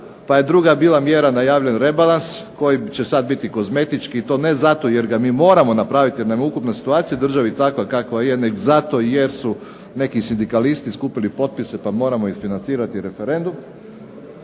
Pa je druga bila mjera najavljen rebalans koji će sad biti kozmetički i to ne zato jer ga mi moramo napraviti, jer nam je ukupna situacija u državi takva kakva je nego zato jer su neki sindikalisti skupili potpise pa moramo isfinancirati referendum.